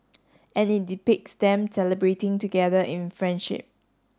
and it depicts them celebrating together in friendship